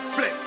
Flex